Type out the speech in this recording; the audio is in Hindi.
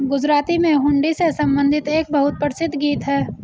गुजराती में हुंडी से संबंधित एक बहुत प्रसिद्ध गीत हैं